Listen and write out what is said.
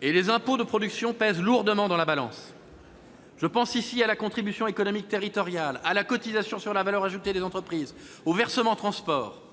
et les impôts de production pèsent lourdement dans la balance. Je pense ici à la contribution économique territoriale, à la cotisation sur la valeur ajoutée des entreprises, au versement transport.